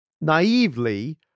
naively